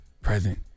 present